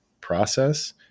process